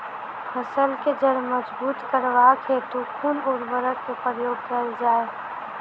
फसल केँ जड़ मजबूत करबाक हेतु कुन उर्वरक केँ प्रयोग कैल जाय?